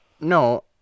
No